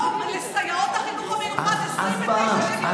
לא, אבל לסייעות החינוך המיוחד, 29.90 שקל.